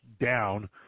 down